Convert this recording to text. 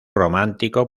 romántico